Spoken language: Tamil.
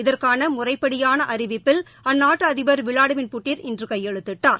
இதற்கான முறைப்படியான அறிவிப்பில் அந்நாட்டு அதிபர் விளாடிமிர் புடின் இன்று கையெழுத்திட்டார்